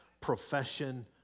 profession